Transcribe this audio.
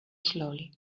slowly